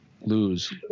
lose